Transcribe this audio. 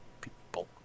people